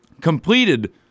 completed